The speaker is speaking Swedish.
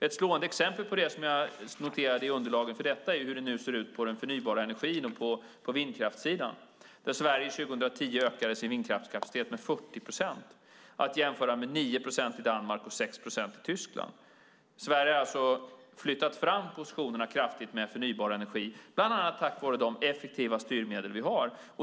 Ett slående exempel på det, som jag noterade i underlagen för detta, är hur det nu ser ut med den förnybara energin och på vindkraftssidan. Sverige ökade 2010 sin vindkraftskapacitet med 40 procent, att jämföra med 9 procent i Danmark och 6 procent i Tyskland. Sverige har alltså flyttat fram positionerna kraftigt med förnybar energi, bland annat tack vare de effektiva styrmedel vi har.